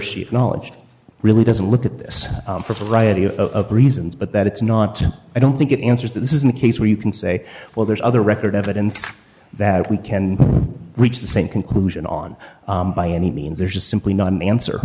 acknowledged really doesn't look at this for propriety of reasons but that it's not i don't think it answers that this isn't a case where you can say well there's other record evidence that we can reach the same conclusion on by any means there's just simply not an answer